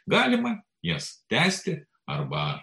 galima jas tęsti arba